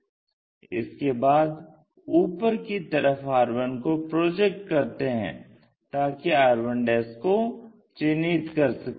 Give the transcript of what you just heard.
इसके बाद ऊपर की तरफ r1 को प्रोजेक्ट करते हैं ताकि r1 को चिन्हित कर सकें